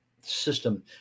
system